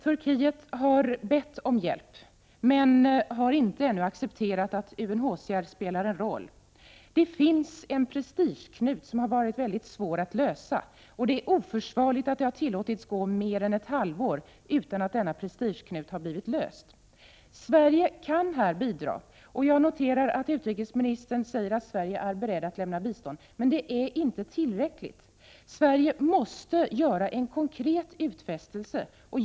Turkiet har bett om hjälp, men har ännu inte accepterat att UNHCR spelar en roll. Det finns en prestigeknut som har varit mycket svår att lösa upp. Och det är oförsvarligt att det har tillåtits gå mer än ett halvår utan att denna prestigeknut har blivit upplöst. Sverige kan i detta sammanhang bidra, och jag noterar att utrikesministern säger att Sverige är berett att lämna bistånd. Men det är inte tillräckligt. Sverige måste göra en konkret utfästelse.